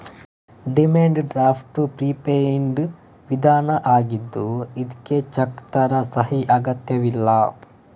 demand draft prepaid ವಿಧಾನ ಆಗಿದ್ದು ಇದ್ಕೆ ಚೆಕ್ ತರ ಸಹಿ ಅಗತ್ಯವಿಲ್ಲ